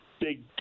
Big